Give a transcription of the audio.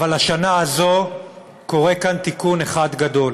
אבל השנה הזאת קורה כאן תיקון אחד גדול,